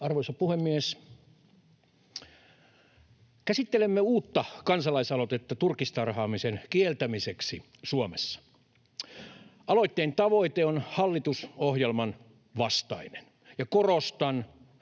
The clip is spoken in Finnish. Arvoisa puhemies! Käsittelemme uutta kansalaisaloitetta turkistarhaamisen kieltämiseksi Suomessa. Aloitteen tavoite on hallitusohjelman vastainen, ja korostan,